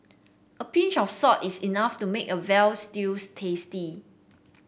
a pinch of salt is enough to make a veal stews tasty